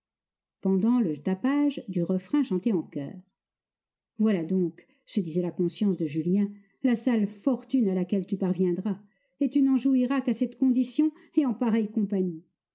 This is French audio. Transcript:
pendant le tapage du refrain chanté en choeur voilà donc se disait la conscience de julien la sale fortune à laquelle tu parviendras et tu n'en jouiras qu'à cette condition et en pareille compagnie